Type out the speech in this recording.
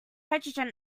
hydrogen